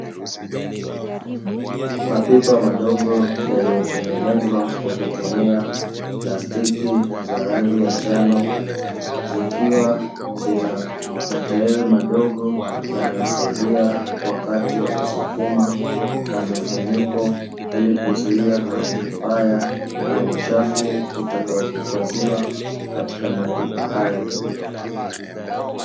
Mapipa madogo yaliyotengenezwa kwa kutumia plastiki za rangi ya njano zikiwa zina matairi madogo yanayosaidia wakati wa kusukuma, na mifuniko ili kuzuia harufu mbaya ya uchafu utakaohifadhiwa katika mapipa hayo.